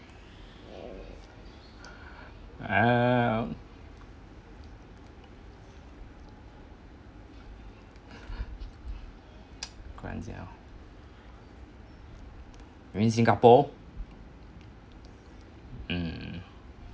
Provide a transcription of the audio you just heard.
err you mean singapore mm